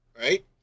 right